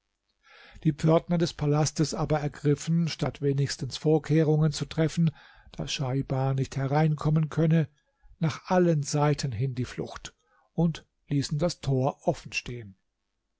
die pförtner des palastes aber ergriffen statt wenigstens vorkehrungen zu treffen daß schaibar nicht hereinkommen könnte nach allen seiten hin die flucht und ließen das tor offen stehen